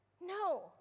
No